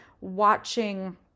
watching